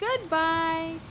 goodbye